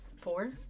Four